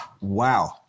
Wow